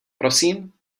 prosím